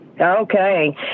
Okay